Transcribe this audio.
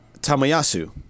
Tamayasu